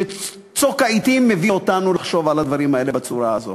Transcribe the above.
וצוק העתים מביא אותנו לחשוב על הדברים האלה בצורה הזאת.